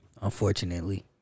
Unfortunately